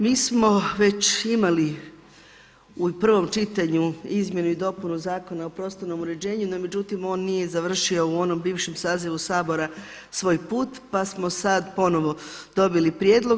Mi smo već imali u prvom čitanju Izmjenu i dopunu Zakona o prostornom uređenju no međutim on nije završio u onom bivšem sazivu Sabora svoj put pa smo sada ponovno dobili prijedlog.